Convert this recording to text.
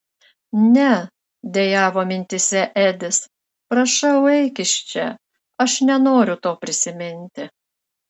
ne dejavo mintyse edis prašau eik iš čia aš nenoriu to prisiminti